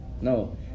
No